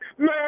Man